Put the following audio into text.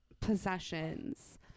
possessions